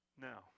now